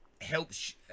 helps